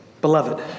Beloved